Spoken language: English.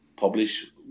publish